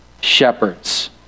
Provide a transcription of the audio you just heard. Shepherds